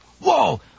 Whoa